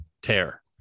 tear